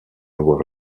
avoir